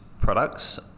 products